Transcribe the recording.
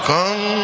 Come